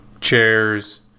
chairs